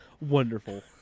wonderful